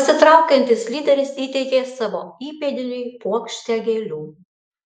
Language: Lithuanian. pasitraukiantis lyderis įteikė savo įpėdiniui puokštę gėlių